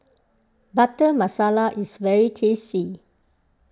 Butter Masala is very tasty